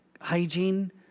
hygiene